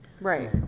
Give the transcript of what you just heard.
Right